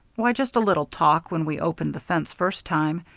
why, just a little talk when we opened the fence first time.